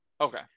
okay